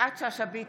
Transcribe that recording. יפעת שאשא ביטון,